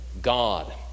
God